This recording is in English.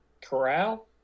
corral